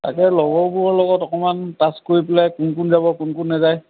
তাকে লগৰবোৰৰ লগত অকণমান টাচ কৰি পেলাই কোন কোন যাব কোন কোন নাযায়